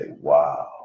wow